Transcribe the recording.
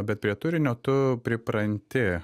bet prie turinio tu pripranti